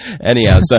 Anyhow